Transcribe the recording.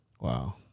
Wow